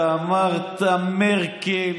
אתה אמרת מרקל.